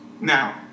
Now